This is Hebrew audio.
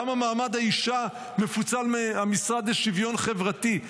למה מעמד האישה מפוצל מהמשרד לשוויון חברתי?